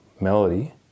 melody